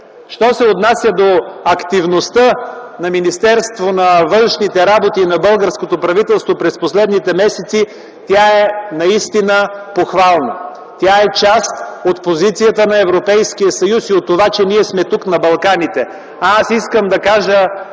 Що се отнася до активността на Министерството на външните работи и на българското правителство през последните месеци, тя е наистина похвална. Тя е част от позицията на Европейския съюз и от това, че ние сме тук, на Балканите. Искам да кажа